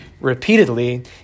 Repeatedly